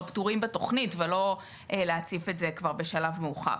פתורים בתוכנית ולא להציף את זה כבר בשלב מאוחר.